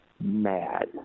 mad